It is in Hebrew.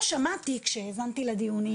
כשהאזנתי לדיונים,